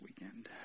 weekend